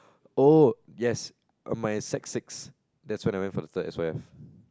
oh yes my sec six that was when I went for my third S_Y_F